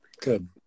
good